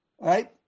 right